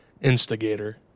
instigator